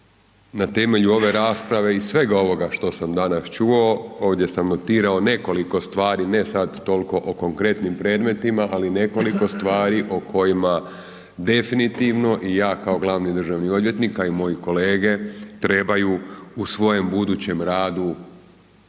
na temelju ove rasprave i svega ovoga što sam danas čuo, ovdje sam notirao nekoliko stvari, ne sad toliko o konkretnim predmetima, ali nekoliko stvari o kojima definitivno i ja kao glavni državni odvjetnik a i moji kolege, trebaju u svojem budućem radu